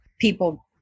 people